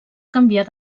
canviar